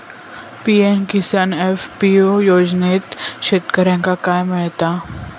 PM Kisan FPO योजनाच्यात शेतकऱ्यांका काय मिळता?